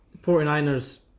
49ers